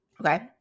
Okay